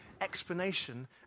explanation